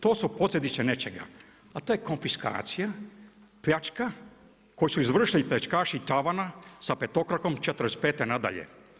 To su posljedice nečega, a to je konfiskacija, pljačka koju su izvršili pljačkaši tavana sa petokrakom '45. na dalje.